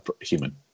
human